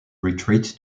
retreat